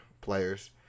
players